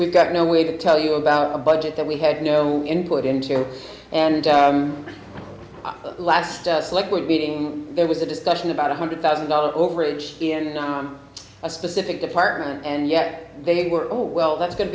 we've got no way to tell you about a budget that we had no input into here and the last us liquid meeting there was a discussion about a hundred thousand dollars overage in a specific department and yet they were all well that's go